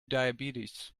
diabetes